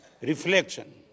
Reflection